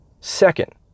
Second